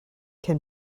can